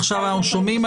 עכשיו אנחנו שומעים.